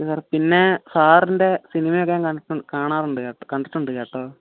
okay sir പിന്നെ സാറിൻ്റെ cinema ഒക്കെ ഞാൻ കണ്ടിട്ടുണ്ട് കാണാറുണ്ട് കേട്ടോ കണ്ടിട്ടുണ്ട് കേട്ടോ